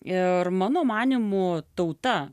ir mano manymu tauta